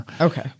Okay